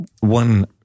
One